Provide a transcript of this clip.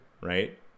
right